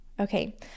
Okay